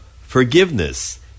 forgiveness